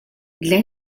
для